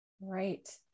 Right